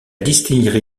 distillerie